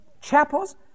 Chapels